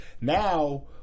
now